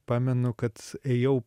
pamenu kad ėjau